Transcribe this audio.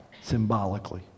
symbolically